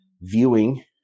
viewing